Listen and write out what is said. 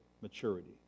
maturity